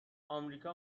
امریکا